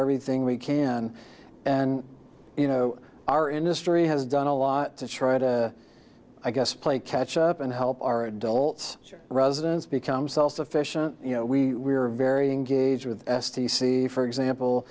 everything we can and you know our industry has done a lot to try to i guess play catch up and help our adults residents become self sufficient you know we were very engaged with s t c for example